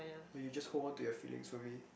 then you just hold on to your feelings for me